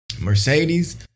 mercedes